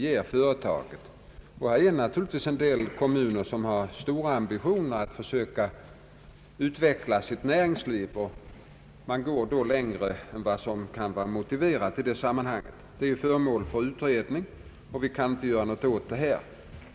Det finns en del kommuner som har stora ambitioner att försöka utveckla sitt näringsliv och som då går längre än vad som kan vara motiverat i det sammanhanget. Den saken är föremål för utredning, och vi kan inte göra någonting åt den här.